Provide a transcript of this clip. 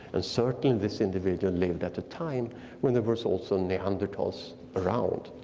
and certainly this individual lived at a time when there was also neanderthals around.